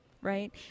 Right